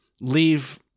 leave